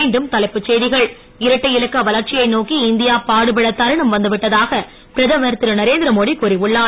மீண்டும் தலைப்புச் செய்திகள் இரட்டை இலக்க வளர்ச்சியை நோக்கி இந்தியா பாடுபடத் தருணம் வந்துவிட்டதாக பிரதமர் திரு நரேந்திரமோடி கூறி உள்ளார்